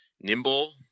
nimble